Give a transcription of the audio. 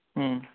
ହଁ